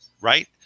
right